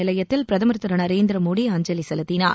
நிலையத்தில் பிரதமர் திரு நரேந்திர மோடி அஞ்சலி செலுத்தினார்